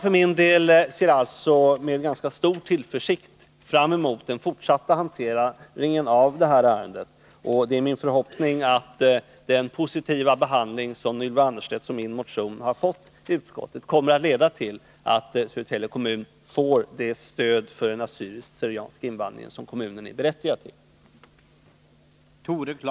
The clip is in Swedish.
För min del ser jag alltså med ganska stor tillförsikt fram emot den fortsatta hanteringen av detta ärende. Det är min förhoppning att den positiva behandling som Ylva Annerstedts och min motion har fått i utskottet kommer att leda till att Södertälje kommun får det stöd för den assyriska/ syrianska invandringen som kommunen är berättigad till.